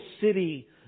city